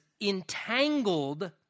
entangled